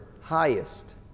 highest